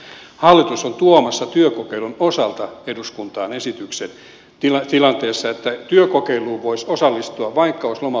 hallitus on tuomassa työkokeilun osalta eduskuntaan esityksen tilanteesta jossa työkokeiluun voisi osallistua vaikka olisi lomautuksia ja irtisanomisia